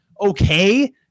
okay